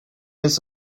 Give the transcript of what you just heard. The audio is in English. his